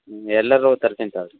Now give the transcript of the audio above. ಎಲ್ಲರವು ತರ್ತೀನಿ ತಗೊಳ್ರಿ